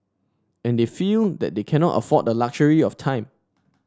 and they feel that they cannot afford the luxury of time